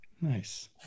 Nice